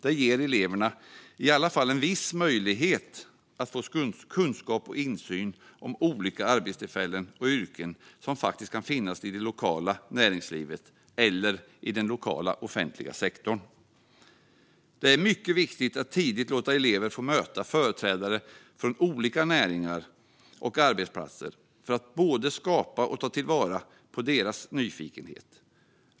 Det ger i alla fall eleverna en viss möjlighet att få insyn och kunskap om olika arbetstillfällen och yrken som faktiskt kan finnas i det lokala näringslivet eller i den lokala offentliga sektorn. Det är mycket viktigt att tidigt låta elever få möta företrädare från olika näringar och arbetsplatser för att både skapa nyfikenhet och ta vara på deras nyfikenhet.